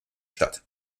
statt